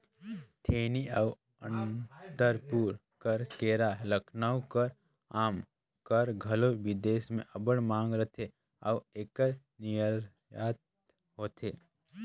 थेनी अउ अनंतपुर कर केरा, लखनऊ कर आमा कर घलो बिदेस में अब्बड़ मांग रहथे अउ एकर निरयात होथे